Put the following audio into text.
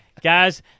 Guys